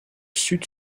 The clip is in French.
sud